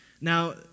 Now